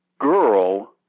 girl